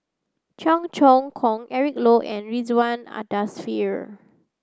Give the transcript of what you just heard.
Cheong Choong Kong Eric Low and Ridzwan a Dzafir